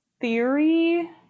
theory